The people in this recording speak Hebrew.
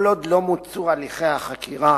כל עוד לא מוצו הליכי החקירה